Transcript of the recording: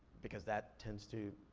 because that tends to,